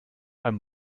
einem